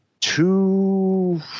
Two